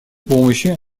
помощи